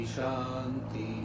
Shanti